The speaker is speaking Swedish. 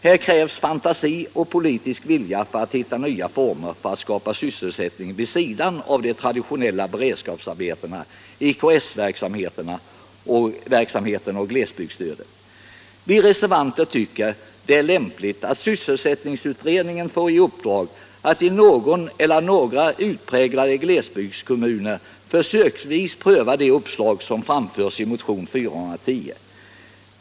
Här krävs fantasi och politisk vilja för att hitta nya former att skapa sysselsättning vid sidan av de traditionella beredskapsarbetena, IKS-verksamheten och glesbygdsstödet. Vi reservanter anser det lämpligt att sysselsättningsutredningen får i uppdrag att i någon eller några utpräglade glesbygdskommuner försöksvis pröva de uppslag som framförs i motionen 410.